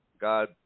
God